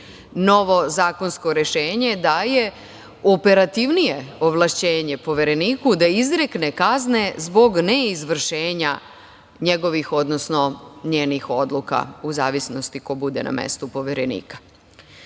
Novo zakonsko rešenje daje operativnije ovlašćenje Povereniku da izrekne kazne zbog ne izvršenja njegovih, odnosno njenih odluka u zavisnosti ko bude na mestu Poverenika. Sa